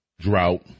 drought